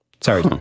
sorry